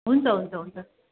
हुन्छ हुन्छ हुन्छ